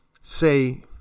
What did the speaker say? say